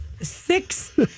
Six